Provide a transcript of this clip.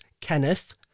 Kenneth